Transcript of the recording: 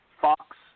Fox